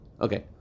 Okay